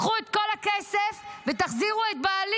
קחו את כל הכסף ותחזירו את בעלי,